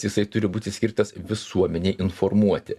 jisai turi būti skirtas visuomenei informuoti